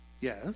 Yes